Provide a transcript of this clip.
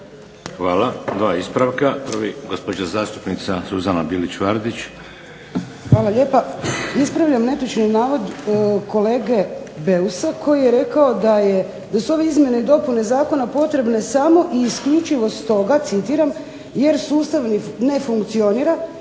Hvala. Dva ispravka. Prvi gospođa zastupnica Suzana Bilić Vardić. **Bilić Vardić, Suzana (HDZ)** Hvala lijepa. Ispravljam netočni navod kolege Beusa, koji je rekao da su ove izmjene i dopune zakona o potrebne samo i isključivo stoga, citiram: "Jer sustav ne funkcionira.",